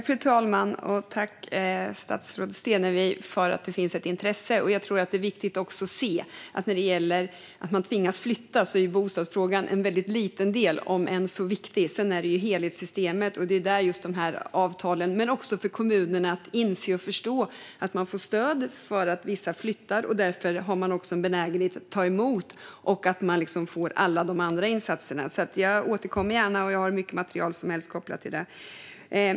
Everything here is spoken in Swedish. Fru talman! Tack, statsrådet Stenevi, för intresset! Jag tror att det är viktigt att se att när det gäller att man tvingas flytta är bostadsfrågan en väldigt liten del, om än viktig. Sedan handlar det om systemet som helhet, och det är där de här avtalen kommer in. Men kommunerna måste också inse och förstå att de får stöd för att vissa flyttar så att de blir benägna att ta emot och göra alla de andra insatserna. Jag återkommer gärna till det, och jag har hur mycket material som helst kopplat till det.